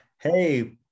Hey